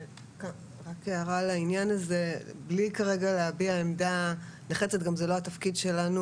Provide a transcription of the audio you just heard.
רק הערה לעניין הזה בלי להביע עמדה נחרצת וזה גם לא התפקיד שלנו,